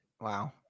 Wow